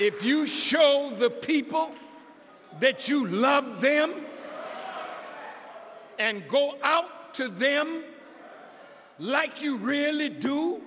if you show the people that you love them and go out to them like you really do